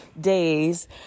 days